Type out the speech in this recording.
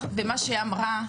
ומה שהיא אמרה.